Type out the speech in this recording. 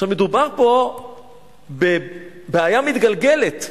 מדובר פה בבעיה מתגלגלת.